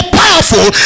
powerful